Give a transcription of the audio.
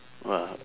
!wah!